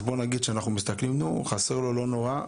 אז אולי אנחנו אומרים שאם זה חסר לו זה לא נורא,